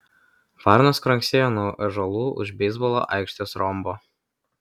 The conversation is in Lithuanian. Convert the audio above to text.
varnos kranksėjo nuo ąžuolų už beisbolo aikštės rombo